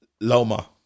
Loma